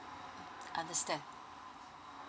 understand